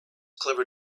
clever